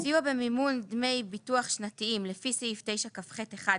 6. סיוע במימון דמי הביטוח השנתיים לפי סעיפים 9כח(1)